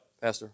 Pastor